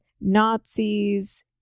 nazis